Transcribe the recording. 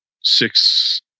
six